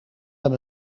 hem